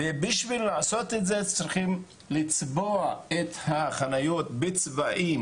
בשביל לעשות את זה צריכים לצבוע את החניות בצבעים